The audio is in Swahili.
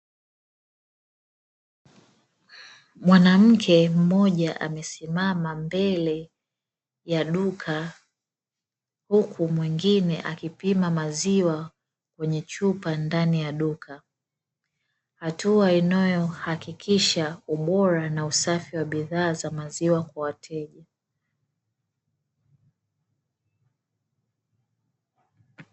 Mwanamke mmoja amesimama mbele ya duka huku mwingine akipima maziwa kwenye chupa ndani ya duka, hatua inayohakikisha ubora na usafi wa bidhaa za maziwa kwa wateja.